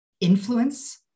influence